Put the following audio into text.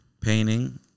painting